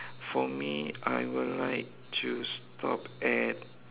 for me I will like to stop at